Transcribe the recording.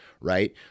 right